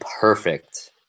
perfect